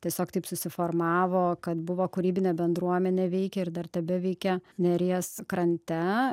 tiesiog taip susiformavo kad buvo kūrybinė bendruomenė veikė ir dar tebeveikia neries krante